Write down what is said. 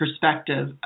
perspective